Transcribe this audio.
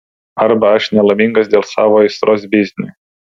arba aš nelaimingas dėl savo aistros bizniui